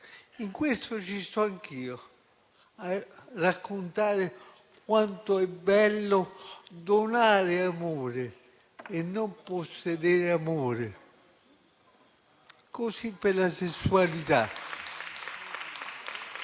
In questo ci sto anch'io, a raccontare quanto è bello donare amore e non possedere amore. Così per la sessualità.